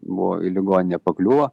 buvo į ligoninę pakliuvo